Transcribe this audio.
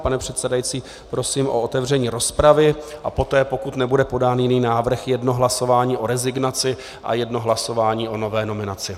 Pane předsedající, prosím o otevření rozpravy a poté, pokud nebude podán jiný návrh, jedno hlasování o rezignaci a jedno hlasování o nové nominaci.